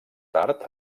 tard